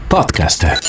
Podcaster